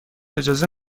اجازه